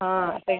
ആ